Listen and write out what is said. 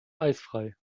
eisfrei